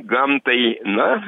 gamtai na